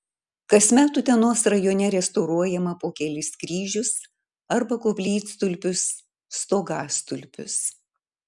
kasmet utenos rajone restauruojama po kelis kryžius arba koplytstulpius stogastulpius